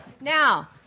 Now